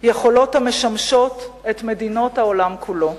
יכולות המשמשות את מדינות העולם כולו.